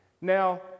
Now